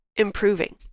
improving